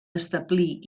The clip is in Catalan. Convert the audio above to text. establir